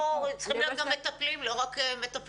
צריכים להיות גם מטפלים ולא רק מטפלות.